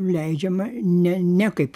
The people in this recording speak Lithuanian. leidžiama ne ne kaip